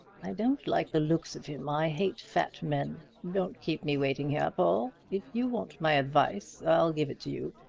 i don't like the looks of him i hate fat men! don't keep me waiting here, paul. if you want my advice i'll give it to you.